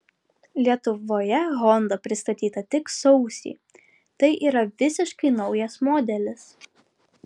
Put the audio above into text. lietuvoje honda pristatyta tik sausį tai yra visiškai naujas modelis